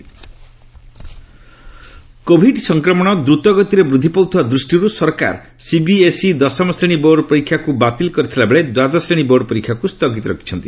PM exam Covid ସଂକ୍ରମଣ ଦ୍ରୁତ ଗତିରେ ବୃଦ୍ଧି ପାଉଥିବା ଦୃଷ୍ଟିରୁ ସରକାର ସିବିଏସ୍ଇ ଦଶମ ଶ୍ରେଣୀ ବୋର୍ଡ ପରୀକ୍ଷାକୁ ବାତିଲ କରିଥିବା ବେଳେ ଦ୍ୱାଦଶ ଶ୍ରେଣୀ ବୋର୍ଡ ପରୀକ୍ଷାକୁ ସ୍ଥଗିତ ରଖିଛନ୍ତି